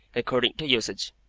according to usage,